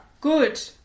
good